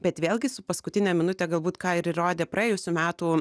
bet vėlgi su paskutine minute galbūt ką ir įrodė praėjusių metų